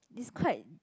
is quite